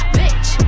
bitch